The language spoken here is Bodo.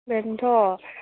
बेनोथ'